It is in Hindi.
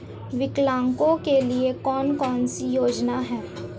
विकलांगों के लिए कौन कौनसी योजना है?